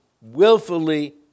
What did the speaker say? willfully